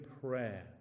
prayer